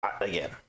again